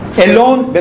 alone